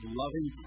loving